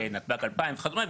נתב"ג 2000 וכדומה,